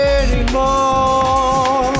anymore